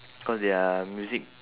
cause their music